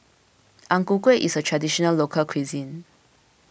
Ang Ku Kueh is a Traditional Local Cuisine